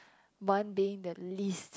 one being the least